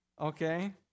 Okay